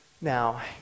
Now